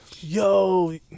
Yo